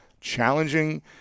challenging